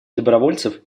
добровольцев